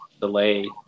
delay